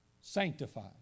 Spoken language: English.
sanctified